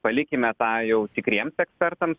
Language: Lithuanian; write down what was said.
palikime tą jau tikriems ekspertams